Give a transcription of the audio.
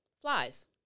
flies